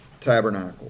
tabernacle